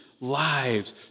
lives